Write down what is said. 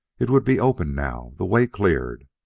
it would be open now, the way cleared.